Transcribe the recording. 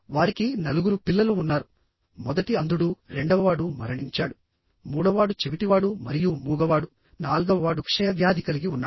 వారికి నలుగురు పిల్లలు ఉన్నారు మొదటి అంధుడు రెండవవాడు మరణించాడు మూడవవాడు చెవిటివాడు మరియు మూగవాడు నాల్గవవాడు క్షయవ్యాధి కలిగి ఉన్నాడు